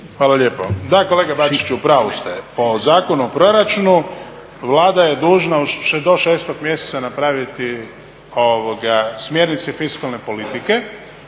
Hvala lijepo. Da, kolega Bačiću u pravu ste, o Zakonu o proračunu Vlada je dužna do 6. mjeseca napraviti smjernice fiskalne politike